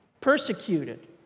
persecuted